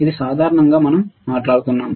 ఇది సాధారణంగా మనం మాట్లాడుతున్నాం